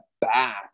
back